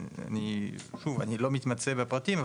אני לא מתמצא בפרטים,